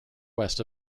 west